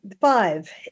Five